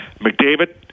McDavid